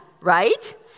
right